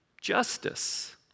justice